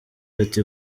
ati